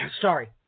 Sorry